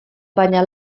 baina